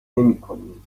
نمیکنیم